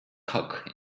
cock